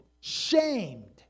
shamed